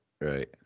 right